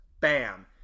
Bam